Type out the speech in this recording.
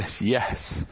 Yes